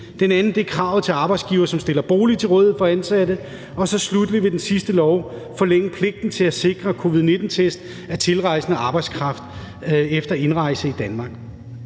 Den anden lov er om kravet til arbejdsgivere, som stiller bolig til rådighed for ansatte. Og sluttelig forlænges pligten til at sikre covid-19-test af tilrejsende arbejdskraft efter indrejse i Danmark.